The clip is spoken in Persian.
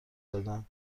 دادن